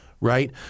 right